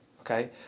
okay